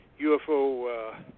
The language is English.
UFO